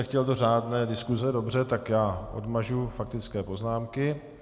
Chtěl jste do řádné diskuse, dobře, takže odmažu faktické poznámky.